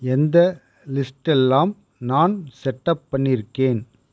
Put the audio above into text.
எந்த லிஸ்ட்டெல்லாம் நான் செட்டப் பண்ணியிருக்கேன்